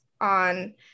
on